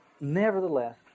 nevertheless